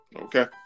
Okay